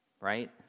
right